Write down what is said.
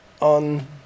on